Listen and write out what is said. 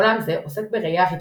עולם זה עוסק בראייה הארכיטקטונית,